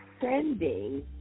sending